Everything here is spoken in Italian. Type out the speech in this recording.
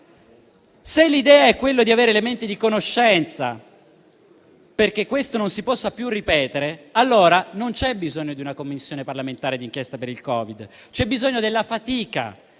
Se l'idea è avere elementi di conoscenza perché questo non si possa più ripetere, allora non c'è bisogno di una Commissione parlamentare d'inchiesta per il Covid. C'è bisogno della fatica